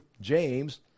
James